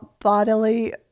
bodily